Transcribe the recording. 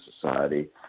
Society